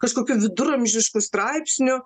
kažkokių viduramžiškų straipsnių